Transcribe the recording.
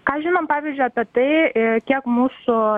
ką žinom pavyzdžiui apie tai kiek mūsų